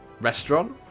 restaurant